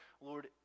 Lord